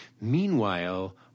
Meanwhile